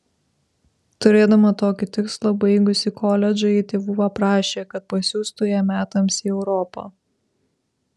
turėdama tokį tikslą baigusi koledžą ji tėvų paprašė kad pasiųstų ją metams į europą